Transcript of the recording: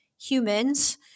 humans